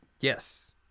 Yes